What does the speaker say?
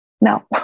no